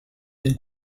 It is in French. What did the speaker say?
une